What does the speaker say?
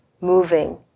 moving